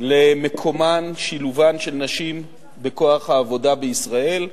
למקומן ושילובן של נשים בכוח העבודה בישראל,